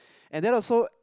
and that also